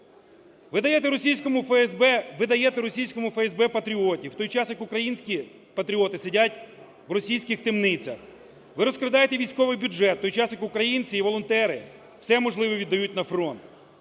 ви даєте російському ФСБ патріотів, в той час як українські патріоти сидять в російських темницях. Ви розкрадаєте військовий бюджет, в той час як українці і волонтери все можливе віддають на фронт.